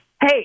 hey